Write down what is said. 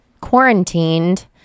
quarantined